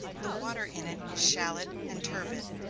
the water in it is shallow and turbid,